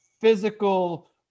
physical